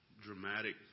dramatic